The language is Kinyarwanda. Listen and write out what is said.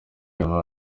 minaert